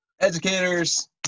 Educators